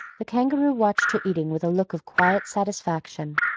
the kangaroo watched her eating with a look of quiet satisfaction.